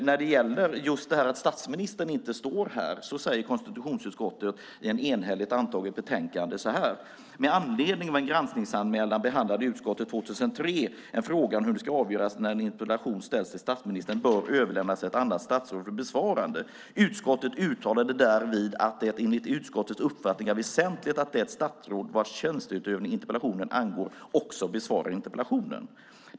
När det gäller just att statsministern inte står här säger konstitutionsutskottet i ett enhälligt antaget betänkande: "Med anledning av en granskningsanmälan behandlade utskottet i 2003 års granskning frågan om hur det ska avgöras när en interpellation ställd till statsministern bör överlämnas till ett annat statsråd för besvarande. Utskottet uttalade därvid att det, enligt utskottets uppfattning, är väsentligt att det statsråd vars tjänsteutövning interpellationen angår också besvarar interpellationen.